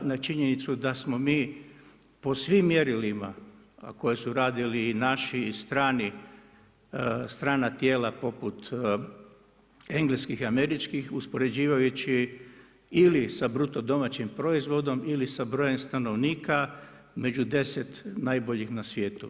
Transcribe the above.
Na činjenicu da smo mi po svim mjerilima, koju su radili i naši i strani, strana tijela poput engleskih i američkih, uspoređivajujći ili sa BDP-om ili sa brojem stanovnika, među 10 najbolje na svijetu.